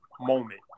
moment